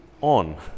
on